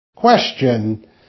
Question